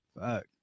Fuck